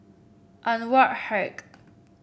Anwarul Haque